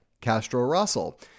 Castro-Russell